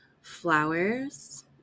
flowers